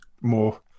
more